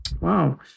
Wow